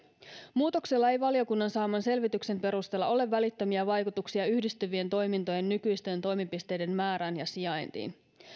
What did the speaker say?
muutoksella ei valiokunnan saaman selvityksen perusteella ole välittömiä vaikutuksia yhdistyvien toimintojen nykyisten toimipisteiden määrään ja sijaintiin